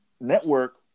network